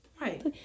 Right